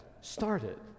started